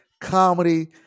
comedy